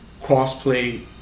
crossplay